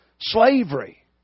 Slavery